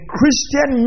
Christian